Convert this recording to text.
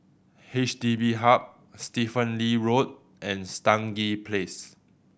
H D B Hub Stephen Lee Road and Stangee Place